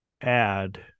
add